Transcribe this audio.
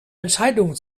entscheidungen